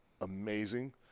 amazing